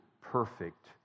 perfect